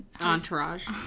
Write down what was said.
Entourage